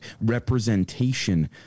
representation